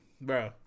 bro